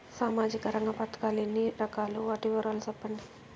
సామాజిక రంగ పథకాలు ఎన్ని రకాలు? వాటి వివరాలు సెప్పండి